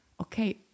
okay